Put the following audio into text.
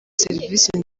serivisi